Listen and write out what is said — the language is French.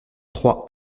trois